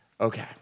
Okay